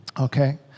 okay